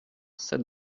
cette